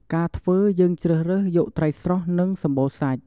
ការធ្វើយើងជ្រើសរើសយកត្រីស្រស់និងសម្បូរសាច់។